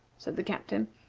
said the captain,